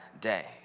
day